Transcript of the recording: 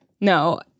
no